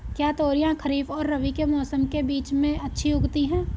क्या तोरियां खरीफ और रबी के मौसम के बीच में अच्छी उगती हैं?